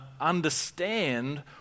understand